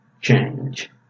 change